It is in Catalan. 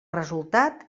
resultat